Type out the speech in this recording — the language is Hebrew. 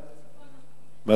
מכאן, צפונה.